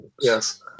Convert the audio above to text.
yes